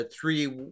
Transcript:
three